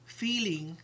feeling